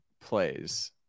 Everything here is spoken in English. plays